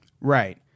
Right